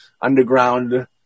underground